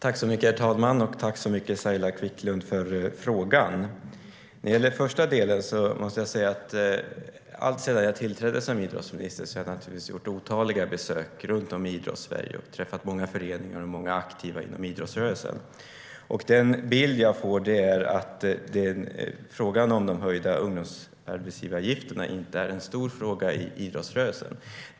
Herr talman! Tack så mycket, Saila Quicklund, för frågan! När det gäller den första delen måste jag säga att alltsedan jag tillträdde som idrottsminister har jag naturligtvis gjort otaliga besök runt om i Idrottssverige och träffat många föreningar och många aktiva inom idrottsrörelsen. Den bild jag får är att frågan om de höjda ungdomsarbetsgivaravgifterna inte är en stor fråga inom idrottsrörelsen.